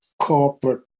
corporate